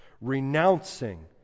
renouncing